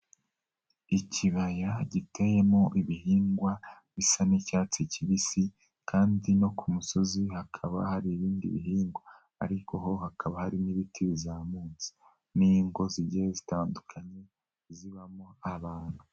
Ikibaya giteyemo ibihingwa bisa n'icyatsi kibisi kandi no ku musozi hakaba hari ibindi bihingwa, ariko ho hakaba harimo n'ibiti bizamutse, n'ingo zijye zitandukanye zibamo abantu.